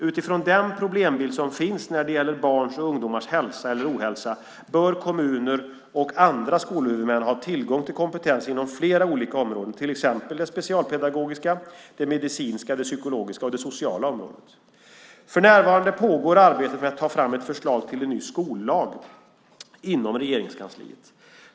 Utifrån den problembild som finns när det gäller barns och ungdomars hälsa eller ohälsa bör kommuner och andra skolhuvudmän ha tillgång till kompetens inom flera olika områden, till exempel det specialpedagogiska, det medicinska, det psykologiska och det sociala området. För närvarande pågår arbetet med att ta fram ett förslag till en ny skollag inom Regeringskansliet.